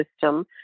system